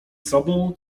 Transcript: sobą